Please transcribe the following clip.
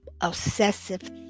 obsessive